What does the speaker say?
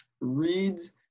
reads